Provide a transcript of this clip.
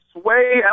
sway